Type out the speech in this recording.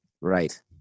right